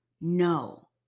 No